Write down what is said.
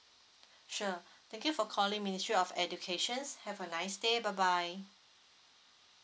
sure thank you for calling ministry of education have a nice day bye bye